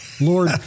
Lord